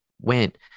went